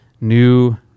new